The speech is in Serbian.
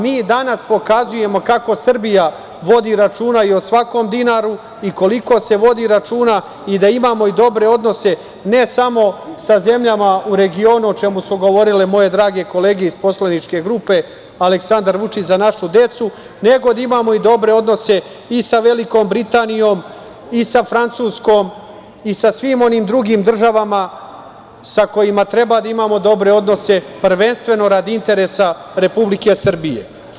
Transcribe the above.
Mi danas pokazujemo kako Srbija vodi računa i o svakom dinaru i koliko se vodi računa i da imamo i dobre odnose ne samo sa zemljama u regionu, o čemu su govorile moje drage kolege iz poslaničke grupe Aleksandar Vučić – Za našu decu, nego da imamo i dobre odnose i sa Velikom Britanijom i sa Francuskom i sa svim onim drugim državama sa kojima treba da imamo dobre odnose, prvenstveno radi interesa Republike Srbije.